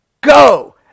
Go